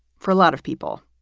for a lot of people,